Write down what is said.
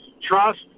trust